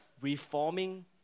reforming